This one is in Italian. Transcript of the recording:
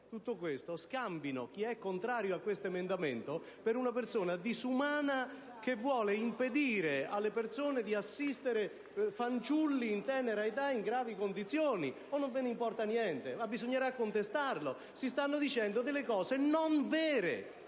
il dibattito scambino chi è contrario a questo emendamento per una persona disumana, che vuole impedire alle persone di assistere fanciulli in tenera età in gravi condizioni. O non ve ne importa niente? Ma bisognerà contestare tale opinione,